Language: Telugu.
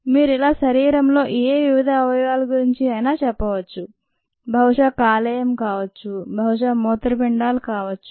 మీరు ఇలా శరీరంలో ఏ వివిధ అవయవాల గురించి అయినా చెప్పవచ్చు బహుశా కాలేయం కావచ్చు బహుశా మూత్రపిండాలు కావచ్చు